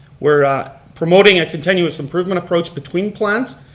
we're promoting a continuous improvement approach between plans.